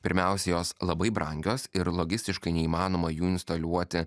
pirmiausia jos labai brangios ir logistiškai neįmanoma jų instaliuoti